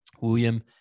William